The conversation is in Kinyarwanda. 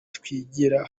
twigira